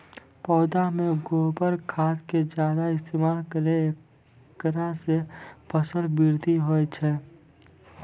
पौधा मे गोबर खाद के ज्यादा इस्तेमाल करौ ऐकरा से फसल बृद्धि होय छै?